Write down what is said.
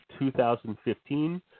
2015